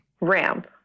Ramp